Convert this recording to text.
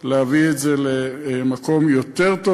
להביא את זה למקום יותר טוב.